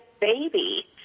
baby